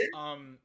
um-